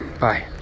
Bye